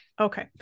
Okay